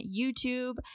YouTube